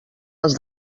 les